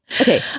Okay